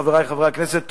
חברי חברי הכנסת,